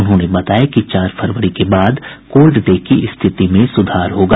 उन्होंने बताया कि चार फरवरी के बाद कोल्ड डे की स्थिति में सुधार होगा